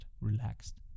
relaxed